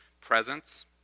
presence